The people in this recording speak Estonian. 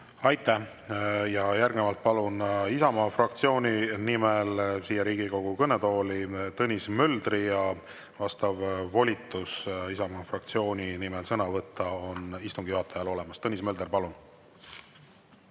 Aitäh! Järgnevalt palun Isamaa fraktsiooni nimel siia Riigikogu kõnetooli Tõnis Möldri. Volitus, et saab Isamaa fraktsiooni nimel sõna võtta, on istungi juhatajal olemas. Tõnis Mölder, palun!